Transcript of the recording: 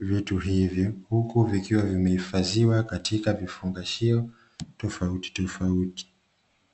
vitu hivyo, huku vikiwa vimehifadhiwa katika vifungashio tofautitofauti.